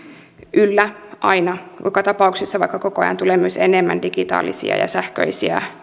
yllä aina joka tapauksessa vaikka koko ajan tulee myös enemmän digitaalisia ja sähköisiä